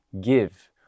give